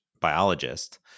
biologist